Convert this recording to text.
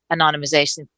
anonymization